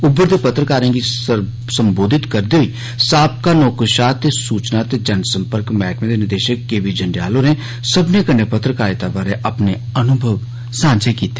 उमरदे पत्रकारे गी संबोधत करदे होई साबका नौकरशाह ते सूचना ते जन संपर्क मैह्कमे दे निदेशक के बी जन्डेयाल होरें सबने कन्नै पत्रकारिता बारे अपने अनुभव सांझे कीते